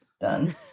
Done